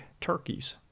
turkeys